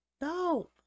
No